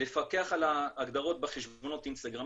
לפקח על ההגדרות בחשבונות אינסטגרם,